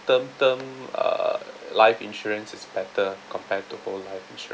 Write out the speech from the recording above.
term term uh life insurance is better compared to whole life insurance